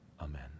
Amen